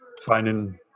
finding